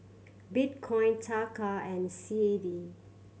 Bitcoin Taka and C A D